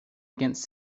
against